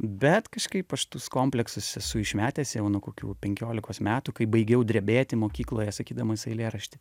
bet kažkaip aš tus kompleksus esu išmetęs jau nuo kokių penkiolikos metų kai baigiau drebėti mokykloje sakydamas eilėraštį